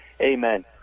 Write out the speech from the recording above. Amen